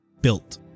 built